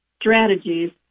strategies